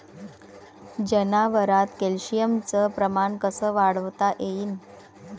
जनावरात कॅल्शियमचं प्रमान कस वाढवता येईन?